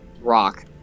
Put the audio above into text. rock